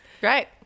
Great